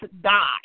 die